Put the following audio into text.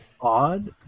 odd